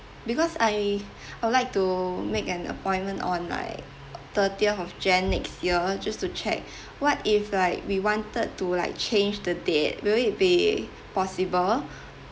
because I I would like to make an appointment on like thirtieth of jan next year just to check what if like we wanted to like change the date will it be possible